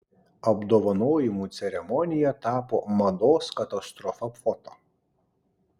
apdovanojimų ceremonija tapo mados katastrofa foto